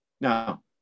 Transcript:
Now